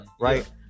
Right